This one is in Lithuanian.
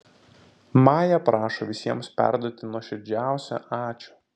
maja prašo visiems perduoti nuoširdžiausią ačiū